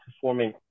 performing